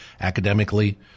academically